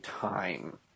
time